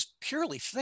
purely